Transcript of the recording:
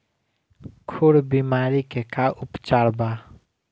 खुर बीमारी के का उपचार बा?